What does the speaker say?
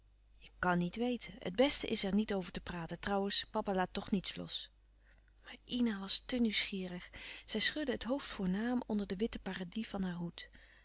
je kan niet weten het beste is er niet over te praten trouwens papa laat toch niets los maar ina was te nieuwsgierig zij schudde het hoofd voornaam onder de witte paradis van haar hoed